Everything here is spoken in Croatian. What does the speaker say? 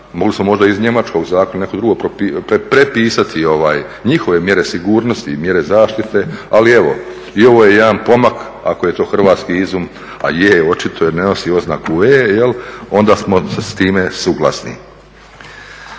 mogli smo možda iz njemačkog zakona ili nekog drugog prepisati njihove mjere sigurnosti i mjere zaštite. Ali evo i ovo je jedan pomak ako je to hrvatski izum, a je očito jer ne nosi oznaku E, onda smo s time suglasni.